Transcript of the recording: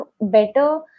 better